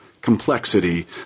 complexity